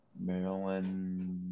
Maryland